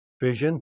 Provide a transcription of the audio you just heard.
vision